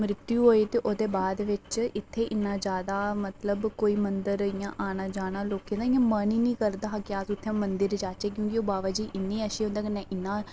मृत्यु होई ते ओह्दे बाद बिच्च इत्थै इन्ना ज्यादा मतलब कोई मंदर इयां आना जाना लोकें दा मन ही नेईं करदा हा कि अस इत्थै मदंर जाह्चे क्योंकि ओह् बाबा जी इन्ने अच्छे उंदे कन्नै इन्ने